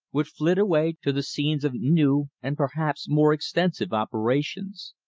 would flit away to the scenes of new and perhaps more extensive operations.